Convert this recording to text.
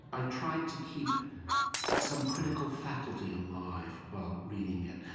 i tried to keep some critical faculty alive while reading it,